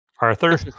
Arthur